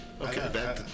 Okay